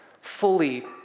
fully